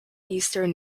eastern